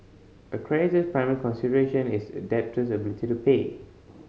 a creditor's primary consideration is a debtor's ability to pay